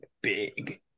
big